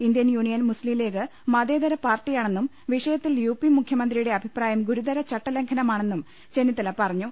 Indian union Muslim league മതേ തര പാർട്ടിയാണെന്നും വിഷയത്തിൽ യു പി മുഖ്യമന്ത്രിയുടെ അഭിപ്രായം ഗുരുതര ചട്ടലംഘനമാണെന്നും ചെന്നിത്തല പറഞ്ഞു